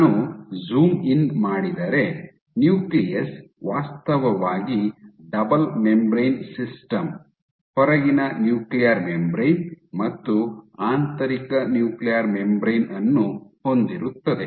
ನಾನು zoom in ಮಾಡಿದರೆ nucleus ವಾಸ್ತವವಾಗಿ ಡಬಲ್ ಮೆಂಬರೇನ್ ಸಿಸ್ಟಮ್ ಹೊರಗಿನ ನ್ಯೂಕ್ಲಿಯರ್ ಮೆಂಬರೇನ್ ಮತ್ತು ಆಂತರಿಕ ನ್ಯೂಕ್ಲಿಯರ್ ಮೆಂಬರೇನ್ ಅನ್ನು ಹೊಂದಿರುತ್ತದೆ